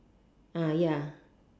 ah ya